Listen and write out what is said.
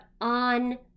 on